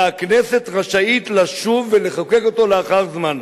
והכנסת רשאית לשוב ולחוקק אותו לאחר זמן.